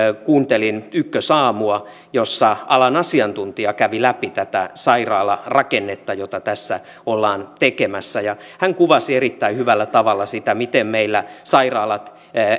kuuntelin ykkösaamua jossa alan asiantuntija kävi läpi tätä sairaalarakennetta jota tässä ollaan tekemässä hän kuvasi erittäin hyvällä tavalla sitä miten meillä sairaalat